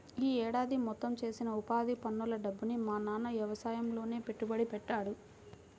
యీ ఏడాది మొత్తం చేసిన ఉపాధి పనుల డబ్బుని మా నాన్న యవసాయంలోనే పెట్టుబడి పెట్టాడు